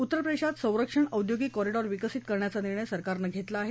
उत्तरप्रदेशात संरक्षण औद्योगिक कॉरिडॉर विकसित करण्याचा निर्णय सरकारनं घेतला आहे